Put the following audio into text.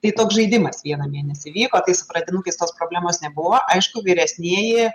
tai toks žaidimas vieną mėnesį vyko tai su pradinukais tos problemos nebuvo aišku vyresnieji